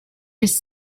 his